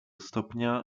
stopnia